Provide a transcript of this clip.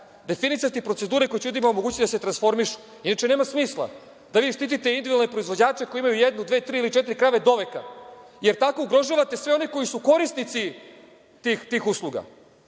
Definisati procedure koje će ljudima omogućiti da se transformišu inače nema smisla da vi štitite individualne proizvođače koji imaju jednu, dve, tri ili četiri krave, doveka, jer tako ugrožavate sve one koji su korisnici tih usluga.